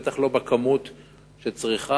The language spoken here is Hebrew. בטח לא בכמות שצריך.